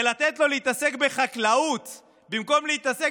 ולתת לו להתעסק בחקלאות במקום להתעסק